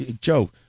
Joe